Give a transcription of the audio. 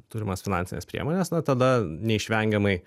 turimas finansines priemones na tada neišvengiamai